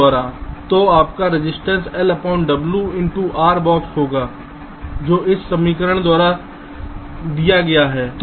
तो आपका resistance lw × R⧠ होगा जो इस समीकरण द्वारा दिया गया है ठीक है